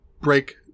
break